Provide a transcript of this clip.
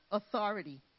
authority